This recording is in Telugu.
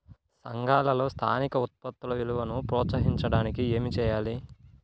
సంఘాలలో స్థానిక ఉత్పత్తుల విలువను ప్రోత్సహించడానికి ఏమి చేయాలి?